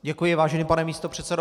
Děkuji, vážený pane místopředsedo.